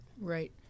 Right